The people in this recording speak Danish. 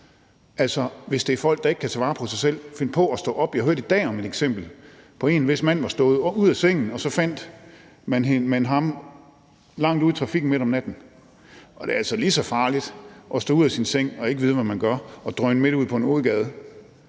altså om folk, der ikke kan tage vare på sig selv, finder på at stå op. Jeg hørte i dag om et eksempel på en, hvis mand var stået ud af sengen, hvorefter man så fandt ham midt ude i trafikken midt om natten. Det er altså lige så farligt at stå ud af sin seng og ikke vide, hvad man gør, og drøne midt ud på en hovedgade,